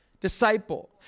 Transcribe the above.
disciple